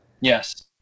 Yes